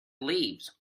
leaves